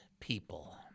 people